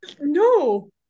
No